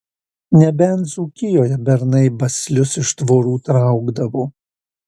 nebent dzūkijoje bernai baslius iš tvorų traukdavo